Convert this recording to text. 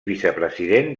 vicepresident